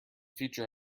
future